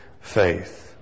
faith